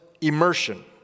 immersion